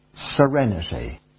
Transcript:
serenity